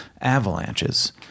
avalanches